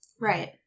Right